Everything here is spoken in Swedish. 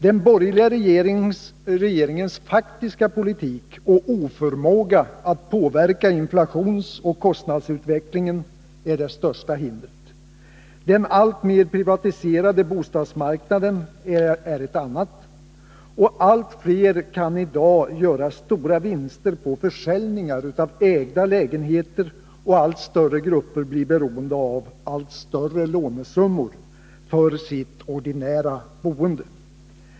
Den borgerliga regeringens faktiska politik och oförmåga att påverka inflationsoch kostnadsutvecklingen är det största hindret. Den allt mer privatiserade bostadsmarknaden är ett annat. Allt fler kan i dag göra stora vinster på försäljningar av ägda lägenheter, och allt större grupper blir beroende av allt större lånesummor för sitt ordinära boende.